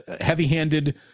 heavy-handed